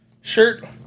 shirt